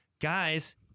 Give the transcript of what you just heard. guys